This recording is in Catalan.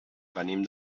venim